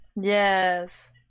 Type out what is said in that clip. yes